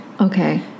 Okay